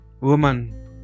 Woman